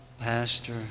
pastor